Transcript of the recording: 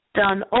done